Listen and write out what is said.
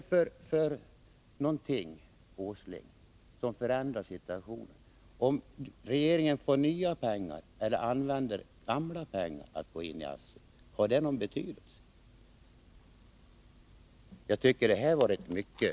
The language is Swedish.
På vilket sätt hade situationen förändrats om regeringen hade fått nya pengar, jämfört med om den hade använt gamla pengar till att gå in ASSI? Har det någon betydelse? Jag tycker det var ett mycket simpelt argument.